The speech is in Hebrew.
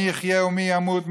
מי יחיה ומי ימות,